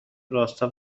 راستا